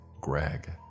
Greg